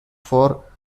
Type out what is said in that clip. for